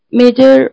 major